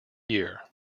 year